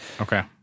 Okay